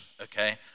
Okay